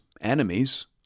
enemies